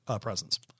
presence